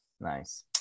nice